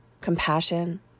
compassion